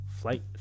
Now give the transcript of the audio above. flight